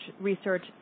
research